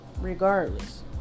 regardless